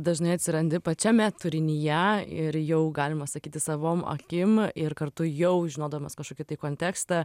dažnai atsirandi pačiame turinyje ir jau galima sakyti savom akim ir kartu jau žinodamas kažkokį kontekstą